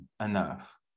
enough